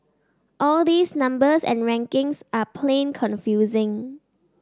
all these numbers and rankings are plain confusing